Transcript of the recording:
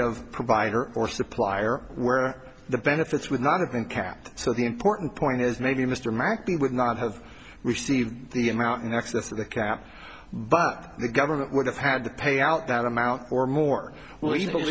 of provide or supplier where the benefits would not have been capped so the important point is maybe mr mccabe would not have received the amount in excess of the cap but the government would have had to pay out that amount or more le